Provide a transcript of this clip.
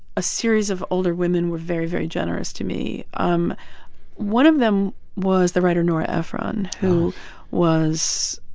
a series of older women were very, very generous to me. um one of them was the writer nora ephron, who was,